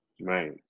right